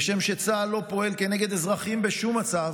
כשם שצה"ל לא פועל כנגד אזרחים בשום מצב,